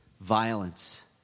violence